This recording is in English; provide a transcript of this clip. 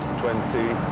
twenty.